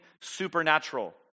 supernatural